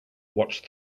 watch